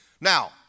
Now